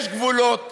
יש גבולות,